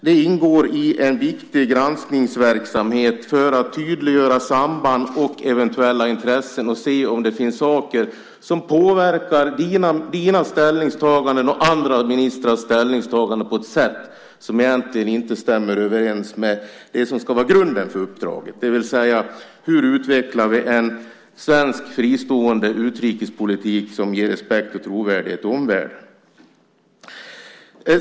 Det ingår i en viktig granskningsverksamhet för att tydliggöra samband och eventuella intressen och se om det finns saker som påverkar dina ställningstaganden och andra ministrars ställningstagande på ett sätt som egentligen inte stämmer överens med det som ska vara grunden för uppdraget, det vill säga hur vi utvecklar en svensk fristående utrikespolitik som ger respekt och trovärdighet i omvärlden.